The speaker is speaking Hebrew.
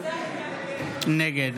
נגד